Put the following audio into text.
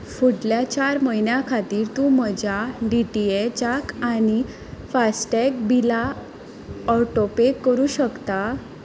फुडल्या चार म्हयन्यां खातीर तूं म्हज्या डीटीएचाक आनी फास्टॅग बिलां ऑटोपे करूं शकता